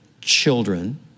children